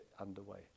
underway